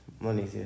money